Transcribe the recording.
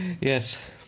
Yes